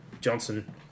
Johnson